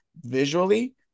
visually